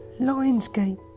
Lionsgate